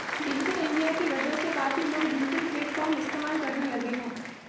digital India की वजह से काफी लोग डिजिटल प्लेटफ़ॉर्म इस्तेमाल करने लगे हैं